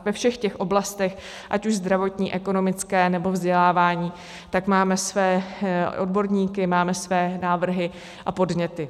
Ve všech těch oblastech, ať už zdravotní, ekonomické, nebo vzdělávání, máme své odborníky, máme své návrhy a podněty.